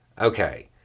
Okay